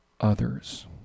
Others